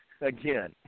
again